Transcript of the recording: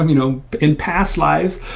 um you know in past lives,